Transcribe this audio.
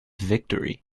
victory